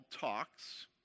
talks